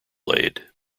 laid